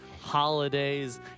holidays